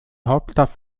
hauptstadt